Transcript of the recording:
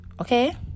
Okay